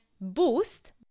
boost